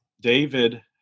David